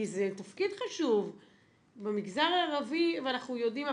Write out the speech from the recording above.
כי זה תפקיד חשוב במגזר הערבי ואנחנו יודעים,